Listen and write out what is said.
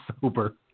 sober